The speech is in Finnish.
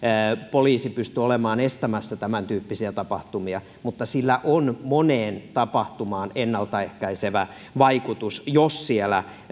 poliisi pysty olemaan estämässä tämäntyyppisiä tapahtumia mutta sillä on moneen tapahtumaan ennalta ehkäisevä vaikutus jos siellä